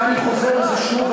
ואני חוזר על זה שוב,